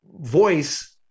voice